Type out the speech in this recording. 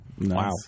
Wow